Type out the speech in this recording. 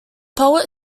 poet